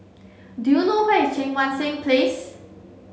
do you know where is Cheang Wan Seng Place